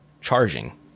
charging